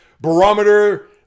barometer